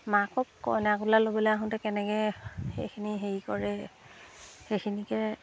মাকক কইনা কোলা ল'বলৈ আহোঁতে কেনেকৈ সেইখিনি হেৰি কৰে সেইখিনিকে